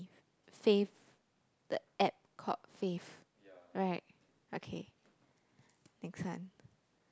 Fave the app called Fave right okay next one